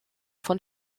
von